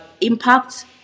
impact